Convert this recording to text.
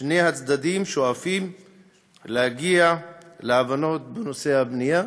שני הצדדים שואפים להגיע להבנות בנושא הבנייה.